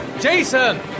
Jason